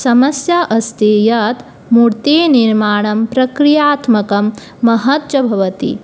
समस्या अस्ति या मूर्तिनिर्माणं प्रक्रियात्मकं महत्च भवति